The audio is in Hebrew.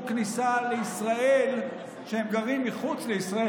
כניסה לישראל כשהם גרים מחוץ לישראל,